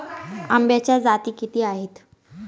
आंब्याच्या जाती किती आहेत?